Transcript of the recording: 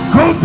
go